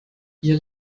ihr